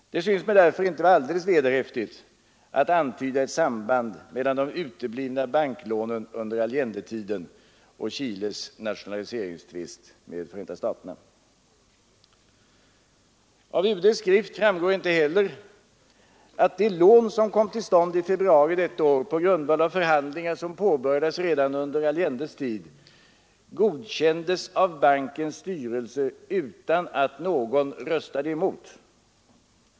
Det synes mig därför inte vara alldeles vederhäftigt att antyda ett samband mellan de uteblivna banklånen under Allendetiden och Chiles nationaliseringstvist med Förenta nationerna. Av UD:s skrift framgår inte heller att det lån, som kommit till stånd i februari detta år på grundval av förhandlingar som påbörjades redan under Allendes tid, godkändes av bankens styrelse utan att någon röstade emot.